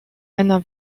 einer